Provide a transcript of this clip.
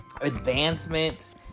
advancement